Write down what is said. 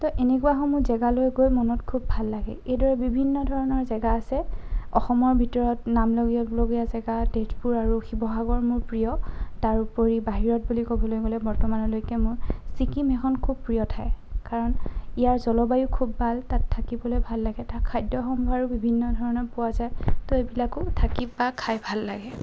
তো এনেকুৱাসমূহ জেগালৈ গৈ মনত খুব ভাল লাগে এইদৰে বিভিন্ন ধৰণৰ জেগা আছে অসমৰ ভিতৰত নাম ল'বলগীয়া জেগা তেজপুৰ আৰু শিৱসাগৰ মোৰ প্ৰিয় তাৰ উপৰি বাহিৰত বুলি ক'বলৈ গ'লে বৰ্তমানলৈকে মোৰ ছিকিম এখন খুব প্ৰিয় ঠাই কাৰণ ইয়াৰ জলবায়ু খুব ভাল তাত থাকিবলৈ ভাল লাগে তাত খাদ্য সম্ভাৰো বিভিন্ন ধৰণৰ পোৱা যায় তো এইবিলাকো থাকি বা খাই ভাল লাগে